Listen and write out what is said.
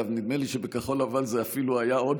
גם נדמה לי שבכחול לבן זה היה אפילו עוד